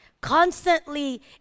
constantly